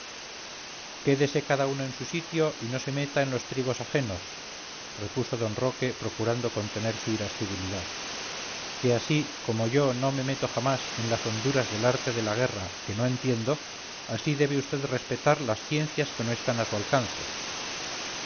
caballería quédese cada uno en su sitio y no se meta en los trigos ajenos repuso d roque procurando contener su irascibilidad que así como yo no me meto jamás en las honduras del arte de la guerra que no entiendo así debe vd respetar las ciencias que no están a su alcance